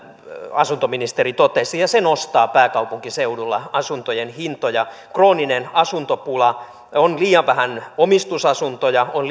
asuntoministeri totesi ja se nostaa pääkaupunkiseudulla asuntojen hintoja krooninen asuntopula on liian vähän omistusasuntoja on